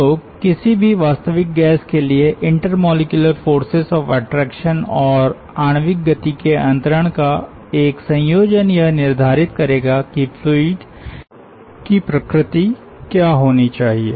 तो किसी भी वास्तविक गैस के लिए intermolecular forces of attraction और आणविक गति के अंतरण का एक संयोजन यह निर्धारित करेगा कि फ्लूइड की विस्कस प्रकृति क्या होनी चाहिए